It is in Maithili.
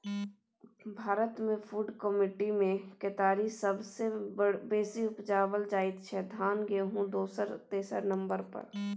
भारतमे फुड कमोडिटीमे केतारी सबसँ बेसी उपजाएल जाइ छै धान गहुँम दोसर तेसर नंबर पर